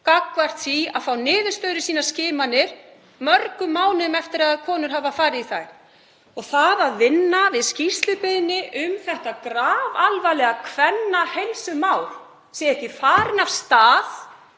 gagnvart því að fá niðurstöður úr skimunum mörgum mánuðum eftir að konur hafa farið í þær. Það að vinna við skýrslubeiðni um þetta grafalvarlega kvennaheilsumál sé ekki farin af stað